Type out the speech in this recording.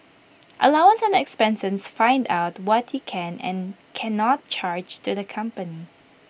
allowance and expenses find out what you can and cannot charge to the company